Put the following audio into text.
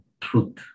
truth